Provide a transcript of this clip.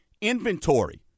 Inventory